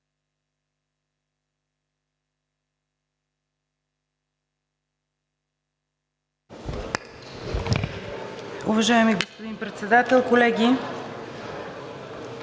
Уважаеми господин Председател, колеги!